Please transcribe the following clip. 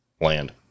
land